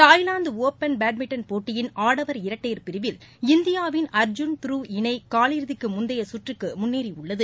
Thailand open badminton போட்டியின் ஆடவர் இரட்டையர் பிரிவில் இந்தியாவின் அர்ஜூன் துருவ் இணை காலிறுதிக்கு முந்தைய சுற்றுக்கு முன்னேறி உள்ளது